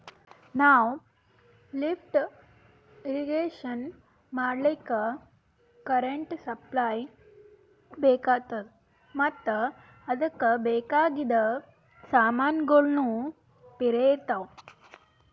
ನಾವ್ lift irrigation ಮಾಡ್ಲಕ್ಕ್ current supply ಬೆಕಾತದ್ ಮತ್ತ್ ಅದಕ್ಕ್ ಬೇಕಾಗಿದ್ ಸಮಾನ್ಗೊಳ್ನು ಪಿರೆ ಇರ್ತವ್